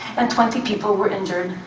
and twenty people were injured,